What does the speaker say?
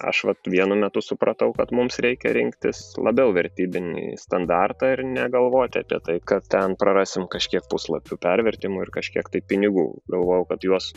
aš vat vienu metu supratau kad mums reikia rinktis labiau vertybinį standartą ir negalvoti apie tai kad ten prarasim kažkiek puslapių pervertimų ir kažkiek tai pinigų galvojau kad juos